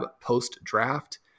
post-draft